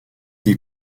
des